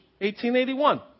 1881